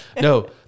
No